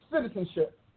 Citizenship